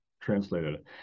translated